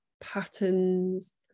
patterns